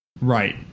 Right